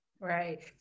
Right